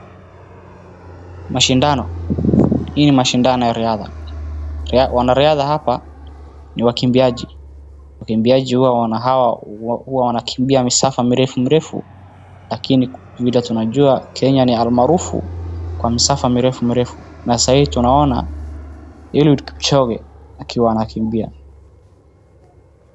Mashindano, hii ni mashindano ya riadha. Wanariadha hapa ni wakimbiaji wakimbiaji huwa wanakimbia misafa mirefu mirefu lakini vile tunajua Kenya ni almarufu kwa misafa mirefu mirefu na tunaona Eliud Kipchoge akiwa anakimbia.